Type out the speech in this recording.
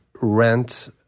rent